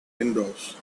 windows